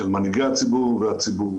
של מנהיגי הציבור והציבור.